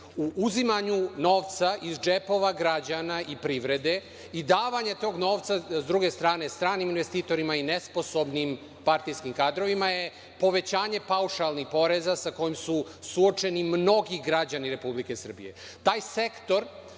u uzimanju novca iz džepova građana i privrede i davanje tog novca sa druge strane stranim investitorima i nesposobnim partijskim kadrovima i povećanje paušalnih poreza sa kojim su suočeni mnogi građani Republike Srbije,